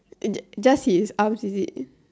it's just his arms is it